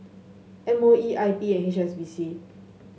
M O E I P and H S B C